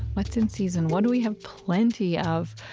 what's in season? what do we have plenty of?